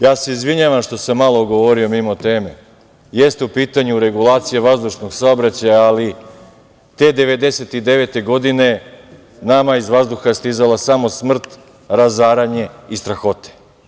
Ja se izvinjavam što sam malo govorio mimo teme, jeste u pitanju regulacija vazdušnog saobraćaja, ali te 1999. godine, nama iz vazduha je stizala samo smrt, razaranje i strahote.